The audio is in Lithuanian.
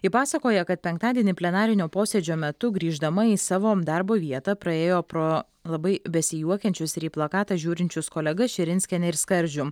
ji pasakoja kad penktadienį plenarinio posėdžio metu grįždama į savo darbo vietą praėjo pro labai besijuokiančius ir į plakatą žiūrinčius kolegas širinskienę ir skardžių